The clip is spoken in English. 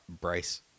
Bryce